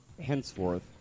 henceforth